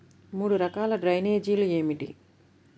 మూడు రకాల డ్రైనేజీలు ఏమిటి?